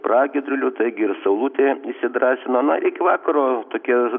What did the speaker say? pragiedrulių taigi ir saulutė įsidrąsino na iki vakaro tokie